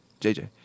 Jj